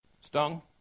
stung